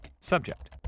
Subject